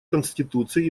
конституции